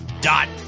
dot